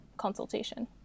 consultation